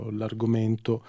l'argomento